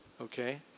Okay